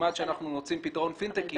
נחמד שאנחנו מוצאים פתרון פינטקי,